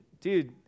dude